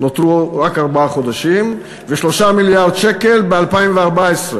נותרו רק ארבעה חודשים, ו-3 מיליארד שקל ב-2014.